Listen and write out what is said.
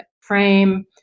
frame